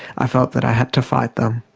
i felt that i had to fight them.